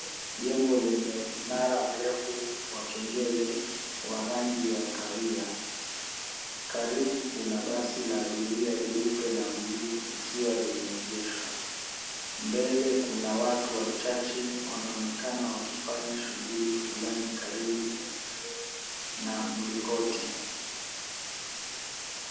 Jengo lenye mnara mrefu wa kengele wa rangi ya kahawia, karibu kuna basi la abiria jeupe na buluu likiwa limeegeshwa. Mbele kuna watu wachache wanaonekana wakifanya shughuli fulani karibu na mlingoti.